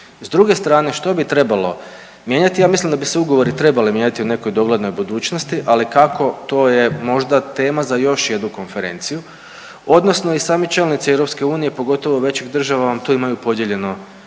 S druge strane, što bi trebalo mijenjati, ja mislim da bi se ugovori trebali mijenjati u nekoj doglednoj budućnosti, ali kako, to je možda tema za još jednu konferenciju, odnosno i sami čelnici EU, pogotovo većih država vam tu imaju podijeljeno